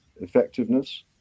effectiveness